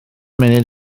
munud